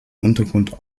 untergrund